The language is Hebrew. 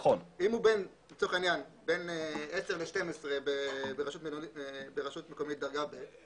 אם הוא בין 10 ל-12 ברשות מקומית דרגה ב'.